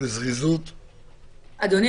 אדוני,